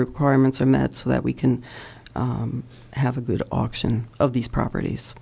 requirements are met so that we can have a good auction of these properties